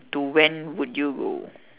to when would you go